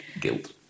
guilt